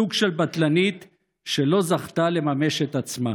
סוג של בטלנית שלא זכתה לממש את עצמה.